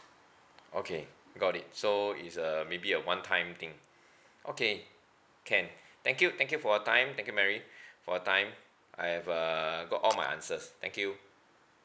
okay got it so is uh maybe a one time thing okay can thank you thank you for your time thank you mary for your time I have uh got all my answers thank you